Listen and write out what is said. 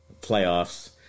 playoffs